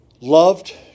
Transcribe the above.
loved